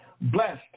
blessed